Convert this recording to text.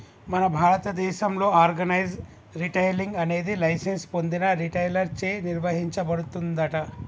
మన భారతదేసంలో organise retailing అనేది లైసెన్స్ పొందిన రిటైలర్ చే నిర్వచించబడుతుందంట